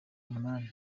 umunani